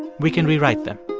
we can rewrite them